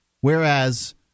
whereas